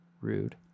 rude